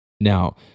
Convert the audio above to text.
Now